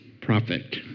prophet